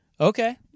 Okay